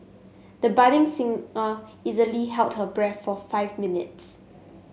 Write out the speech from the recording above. the budding singer easily held her breath for five minutes